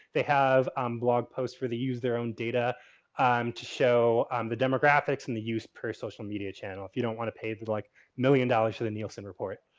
they have um blog posts where they use their own data um to show um the demographics and the use per social media channel if you don't want to pay there's like million dollars to the nielsen report.